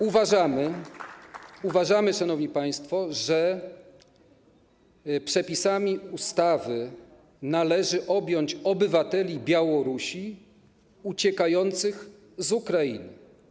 Uważamy, szanowni państwo, że przepisami ustawy należy objąć obywateli Białorusi uciekających z Ukrainy.